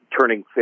turning